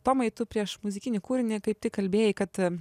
tomai tu prieš muzikinį kūrinį kaip tik kalbėjai kad